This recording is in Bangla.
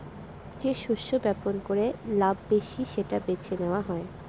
যে শস্য বপন করে লাভ বেশি সেটা বেছে নেওয়া হয়